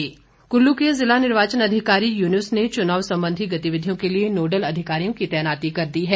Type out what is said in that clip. चुनाव आचार कुल्लु कुल्लू के जिला निर्वाचन अधिकारी युनूस ने चुनाव संबंधी गतिविधियों के लिए नोडल अधिकारियों की तैनाती कर दी है